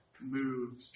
moves